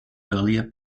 earlier